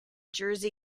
jersey